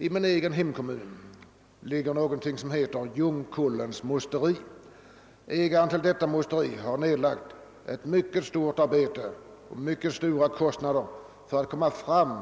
I min hemkommun ligger någonting som heter Ljungkullens musteri. Ägaren till detta musteri har nedlagt stort arbete och stora kostnader för att få fram